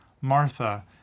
Martha